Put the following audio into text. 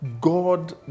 God